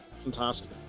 fantastic